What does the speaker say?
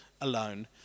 alone